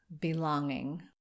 Belonging